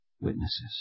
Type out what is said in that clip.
Witnesses